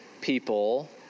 people